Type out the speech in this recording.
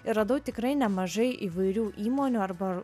ir radau tikrai nemažai įvairių įmonių arba